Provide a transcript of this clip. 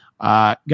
Guys